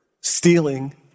stealing